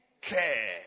care